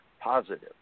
positive